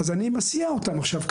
אז אני מסיע אותם עכשיו.